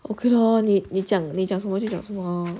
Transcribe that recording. okay lor 你你讲讲什么就讲什么 lor